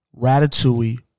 Ratatouille